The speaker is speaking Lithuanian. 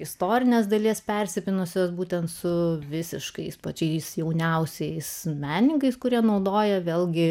istorinės dalies persipynusios būtent su visiškais pačiais jauniausiais menininkais kurie naudoja vėlgi